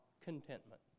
Contentment